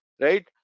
right